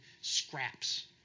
scraps